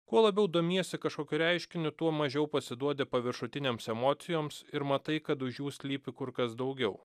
kuo labiau domiesi kažkokiu reiškiniu tuo mažiau pasiduodi paviršutinėms emocijoms ir matai kad už jų slypi kur kas daugiau